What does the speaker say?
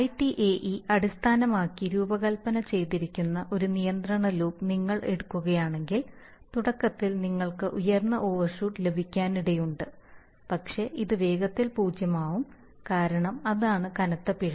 ITAE അടിസ്ഥാനമാക്കി രൂപകൽപ്പന ചെയ്തിരിക്കുന്ന ഒരു നിയന്ത്രണ ലൂപ്പ് നിങ്ങൾ എടുക്കുകയാണെങ്കിൽ തുടക്കത്തിൽ നിങ്ങൾക്ക് ഉയർന്ന ഓവർഷൂട്ട് ലഭിക്കാനിടയുണ്ട് പക്ഷേ ഇത് വേഗത്തിൽ പൂജ്യം ആവും കാരണം അതാണ് കനത്ത പിഴ